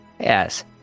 Yes